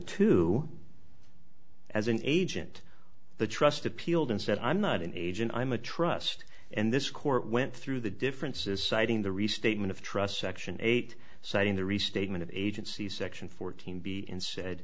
to as an agent the trust appealed and said i'm not an agent i'm a trust and this court went through the differences citing the restatement of trust section eight citing the restatement of agency section fourteen b in